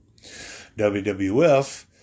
WWF